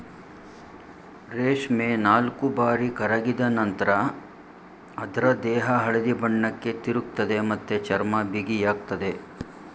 ರೇಷ್ಮೆ ನಾಲ್ಕುಬಾರಿ ಕರಗಿದ ನಂತ್ರ ಅದ್ರ ದೇಹ ಹಳದಿ ಬಣ್ಣಕ್ಕೆ ತಿರುಗ್ತದೆ ಮತ್ತೆ ಚರ್ಮ ಬಿಗಿಯಾಗ್ತದೆ